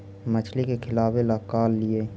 मछली के खिलाबे ल का लिअइ?